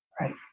right